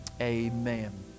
Amen